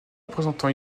représentant